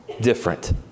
different